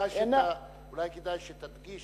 אולי כדאי שתדגיש